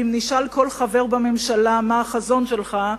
ואם נשאל כל חבר בממשלה מה החזון שלך,